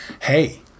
hey